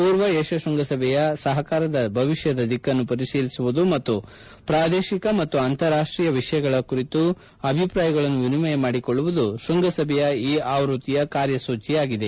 ಪೂರ್ವ ಏಷ್ಯಾ ಶೃಂಗಸಭೆಯ ಸಹಕಾರದ ಭವಿಷ್ಠದ ದಿಕ್ಕನ್ನು ಪರಿಶೀಲಿಸುವುದು ಮತ್ತು ಪ್ರಾದೇಶಿಕ ಮತ್ತು ಅಂತಾರಾಷ್ಟೀಯ ವಿಷಯಗಳ ಕುರಿತು ಅಭಿಪ್ರಾಯಗಳನ್ನು ವಿನಿಮಯ ಮಾಡಿಕೊಳ್ಳುವುದು ಶೃಂಗಸಭೆಯ ಈ ಆವೃತ್ತಿಯ ಕಾರ್ಯಸೂಚಿಯಾಗಿದೆ